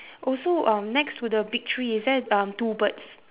also um next to the big tree is there um two birds